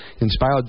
Inspired